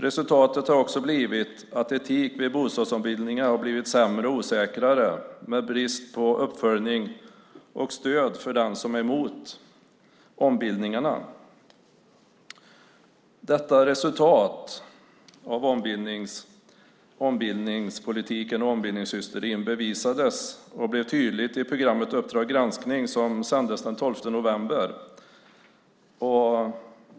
Resultatet har också blivit att etiken vid bostadsombildningar har blivit sämre, osäkrare. Det är brist på uppföljning och stöd för den som är emot ombildningarna. Detta resultat av ombildningspolitiken och ombildningshysterin bevisades och blev tydligt i programmet Uppdrag granskning , som sändes den 12 november.